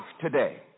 today